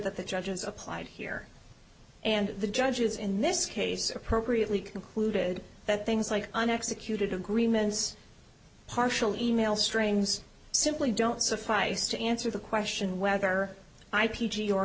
that the judges applied here and the judges in this case appropriately concluded that things like an executed agreement is partially email strains simply don't suffice to answer the question whether i p g or